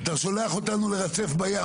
אתה שולח אותנו לרצף בים,